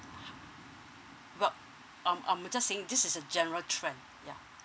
but I'm I'm just saying this is a general trend ya